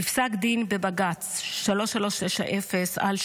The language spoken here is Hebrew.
בפסק דין בבג"ץ 3390/16,